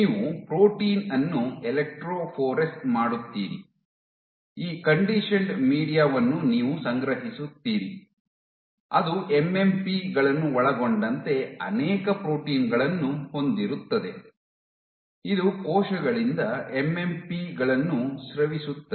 ನೀವು ಪ್ರೋಟೀನ್ ಅನ್ನು ಎಲೆಕ್ಟ್ರೋಫೊರೆಸ್ ಮಾಡುತ್ತೀರಿ ಈ ಕಂಡಿಷನ್ಡ್ ಮೀಡಿಯಾ ವನ್ನು ನೀವು ಸಂಗ್ರಹಿಸುತ್ತೀರಿ ಅದು ಎಂಎಂಪಿ ಗಳನ್ನು ಒಳಗೊಂಡಂತೆ ಅನೇಕ ಪ್ರೋಟೀನ್ ಗಳನ್ನು ಹೊಂದಿರುತ್ತದೆ ಇದು ಕೋಶಗಳಿಂದ ಎಂಎಂಪಿ ಗಳನ್ನು ಸ್ರವಿಸುತ್ತದೆ